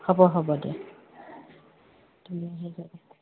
হ'ব হ'ব দিয়া তুমি আহি যাবা